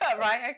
right